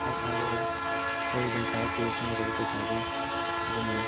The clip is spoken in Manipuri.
ꯍꯥꯏꯔꯛꯑꯣ ꯑꯩ ꯑꯗꯨꯝ ꯊꯥꯔꯛꯀꯦ ꯆꯪꯒꯗꯧꯕ ꯄꯩꯁꯥꯗꯨ ꯑꯗꯨꯅ